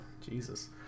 Jesus